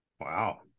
Wow